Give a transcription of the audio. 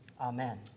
Amen